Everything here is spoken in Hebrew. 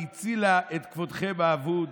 והיא הצילה את כבודכם האבוד.